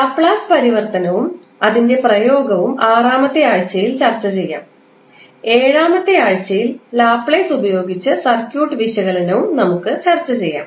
Laplace പരിവർത്തനവും അതിന്റെ പ്രയോഗവും ആറാമത്തെ ആഴ്ചയിൽ ചർച്ച ചെയ്യും ഏഴാമത്തെ ആഴ്ചയിൽ ലാപ്ലേസ് ഉപയോഗിച്ച് സർക്യൂട്ട് വിശകലനം നമുക്ക് ചർച്ച ചെയ്യാം